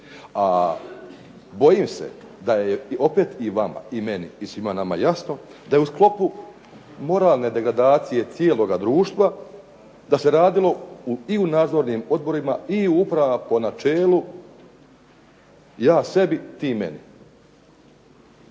A bojim se da je opet i vama i meni i svima nama jasno, da je u sklopu moralne degradacije cijeloga društva da se radilo i u nadzornim odborima i u upravama po načelu ja sebi, ti meni.